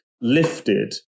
lifted